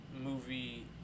movie